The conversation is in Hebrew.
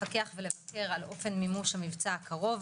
לפקח ולבקר על אופן מימוש המבצע הקרוב,